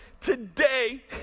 Today